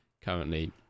currently